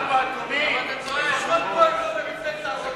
במפלגת העבודה.